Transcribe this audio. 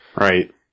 Right